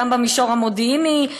גם במישור המודיעיני,